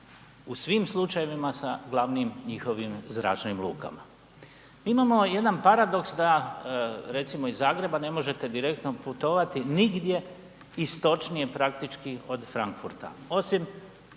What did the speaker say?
u svim slučajevima sa glavnim njihovim zračnim lukama. Imamo jedan paradoks da recimo iz Zagreba ne možete direktno putovati nigdje istočnije praktički od Frankfurta